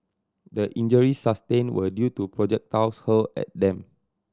the injuries sustained were due to projectiles hurled at them